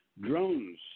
Drones